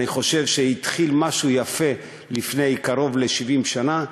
אני חושב שהתחיל משהו יפה לפני קרוב ל-70 שנה,